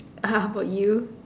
how about you